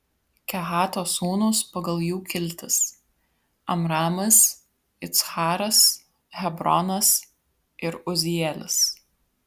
kehato sūnūs pagal jų kiltis amramas iccharas hebronas ir uzielis